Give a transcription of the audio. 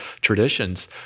traditions